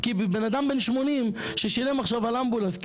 כי בן אדם בן 80 ששילם עכשיו על אמבולנס כי